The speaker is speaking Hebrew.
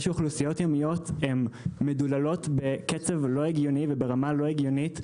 שאוכלוסיות ימיות מדוללות בקצב לא הגיוני וברמה לא הגיונית,